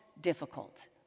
difficult